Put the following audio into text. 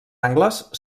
angles